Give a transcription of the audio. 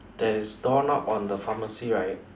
there's door knob on the pharmacy right